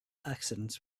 accidents